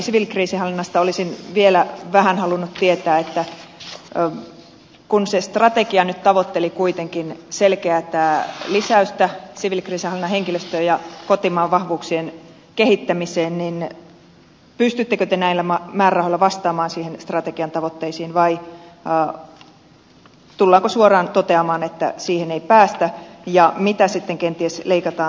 siviilikriisinhallinnasta olisin vielä vähän halunnut tietää että kun se strategia nyt tavoitteli kuitenkin selkeätä lisäystä siviilikriisinhallinnan henkilöstöön ja kotimaan vahvuuksien kehittämiseen niin pystyttekö te näillä määrärahoilla vastaamaan niihin strategian tavoitteisiin vai tullaanko suoraan toteamaan että siihen ei päästä ja mitä sitten kenties leikataan